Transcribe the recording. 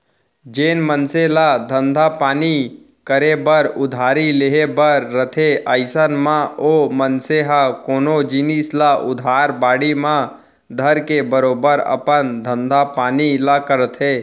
जेन मनसे ल धंधा पानी करे बर उधारी लेहे बर रथे अइसन म ओ मनसे ह कोनो जिनिस ल उधार बाड़ी म धरके बरोबर अपन धंधा पानी ल करथे